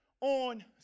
on